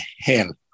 hell